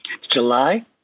July